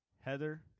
Heather